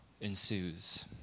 ensues